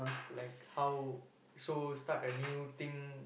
like how so start a new thing